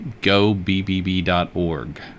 gobbb.org